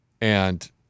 and-